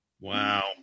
Wow